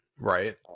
Right